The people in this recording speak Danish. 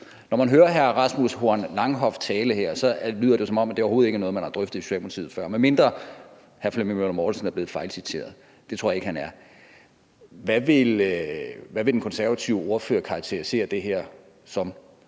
Når man hører hr. Rasmus Horn Langhoffs tale, lyder det, som om det overhovedet ikke er noget, man har drøftet i Socialdemokratiet før, eller også er hr. Flemming Møller Mortensen blevet fejlciteret. Det tror jeg ikke han er. Hvad vil den konservative ordfører karakterisere det her som?